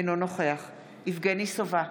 אינו נוכח יבגני סובה,